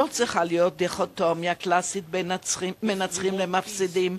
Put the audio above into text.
לא צריכה להיות דיכוטומיה קלאסית בין מנצחים למפסידים.